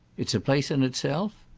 it's a place in itself?